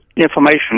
information